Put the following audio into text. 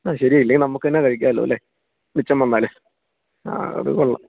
അത് ശരിയാണ് അത് നമുക്ക് തന്നെ കഴിക്കാമല്ലോ മിച്ചം വന്നാൽ ആ അത് കൊള്ളാം